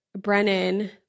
Brennan